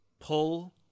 pull